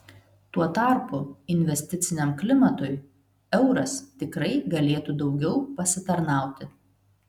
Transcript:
tuo tarpu investiciniam klimatui euras tikrai galėtų daugiau pasitarnauti